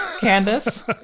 Candace